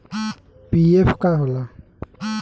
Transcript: PF का होला?